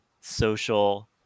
social